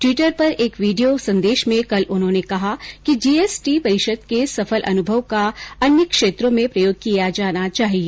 Twitter पर एक video संदेश में कल उन्होंने कहा कि जी एस टी परिषद के सफल अनुभव का अन्य क्षेत्रों में प्रयोग किया जाना चाहिए